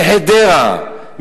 מחדרה,